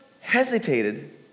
hesitated